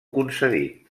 concedit